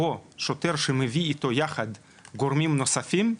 או שוטר שמביא איתו יחד גורמים נוספים.